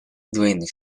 двойных